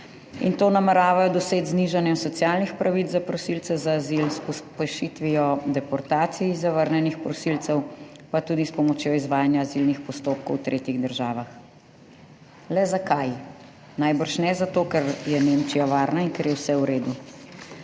in to nameravajo doseči z znižanjem socialnih pravic za prosilce za azil, s pospešitvijo deportacij zavrnjenih prosilcev, pa tudi s pomočjo izvajanja azilnih postopkov v tretjih državah. Le zakaj? Najbrž ne zato, ker je Nemčija varna in ker je vse v redu.